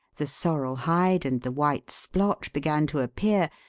the sorrel hide and the white splotch began to appear,